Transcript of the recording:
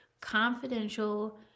confidential